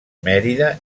mèrida